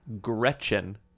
Gretchen